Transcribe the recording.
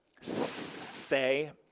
say